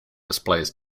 displays